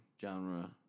genre